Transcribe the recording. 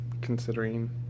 considering